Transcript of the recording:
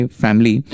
family